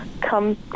come